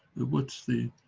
what's the